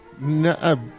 No